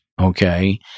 Okay